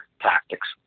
tactics